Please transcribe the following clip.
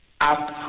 up